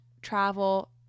Travel